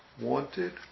Wanted